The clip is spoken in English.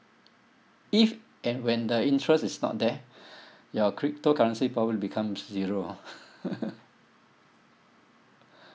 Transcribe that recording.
if and when the interest is not there your cryptocurrency probably will become zero ah